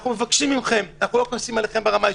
אנחנו מבקשים מכם אנחנו לא כועסים עליכם ברמה האישית,